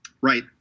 Right